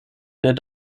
der